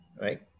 right